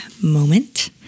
moment